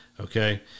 okay